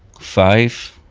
five,